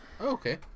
okay